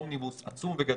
אומניבוס עצום וגדול,